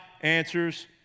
answers